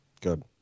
Good